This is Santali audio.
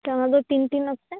ᱛᱤᱱ ᱛᱤᱱ ᱚᱠᱛᱮ